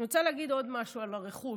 אני רוצה להגיד עוד משהו על הרכוש: